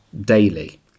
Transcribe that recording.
daily